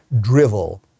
drivel